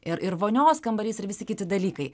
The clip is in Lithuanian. ir ir vonios kambarys ir visi kiti dalykai